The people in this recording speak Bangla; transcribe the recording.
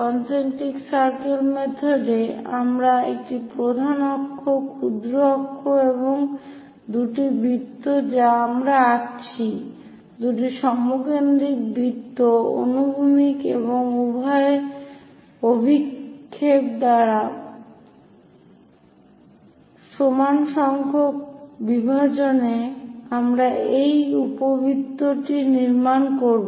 কন্সেন্ত্রিক সার্কেল মেথড এ আমাদের একটি প্রধান অক্ষ ক্ষুদ্র অক্ষ এবং দুটি বৃত্ত যা আমরা আঁকছি দুটি সমকেন্দ্রিক বৃত্ত অনুভূমিক এবং উল্লম্ব অভিক্ষেপ দ্বারা সমান সংখ্যক বিভাজনে আমরা এই উপবৃত্ত নির্মাণ করব